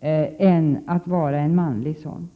än att vara manlig sådan.